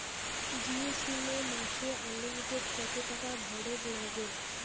Jio sim এ মাসে unlimited কত টাকা ভরের নাগে?